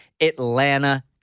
Atlanta